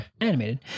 Animated